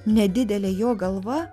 nedidelė jo galva